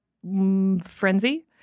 frenzy